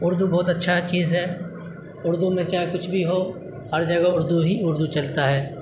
اردو بہت اچھا چیز ہے اردو میں چاہے کچھ بھی ہو ہر جگہ اردو ہی اردو چلتا ہے